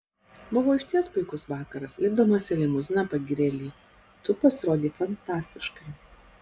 buvo išties puikus vakaras lipdamas į limuziną pagyrė li tu pasirodei fantastiškai